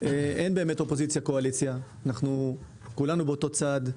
אין אופוזיציה וקואליציה, אנחנו כולנו באותו צד,